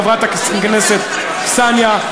חברת הכנסת קסניה.